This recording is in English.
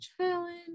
challenge